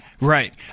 Right